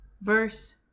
Verse